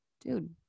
dude